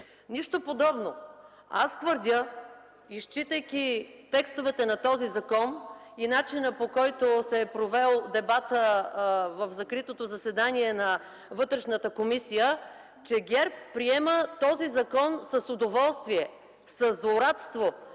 Нищо подобно. Изчитайки текстовете на този закон и начина, по който се е провел дебатът в закритото заседание на Вътрешната комисия, твърдя, че ГЕРБ приема този закон с удоволствие, със злорадство,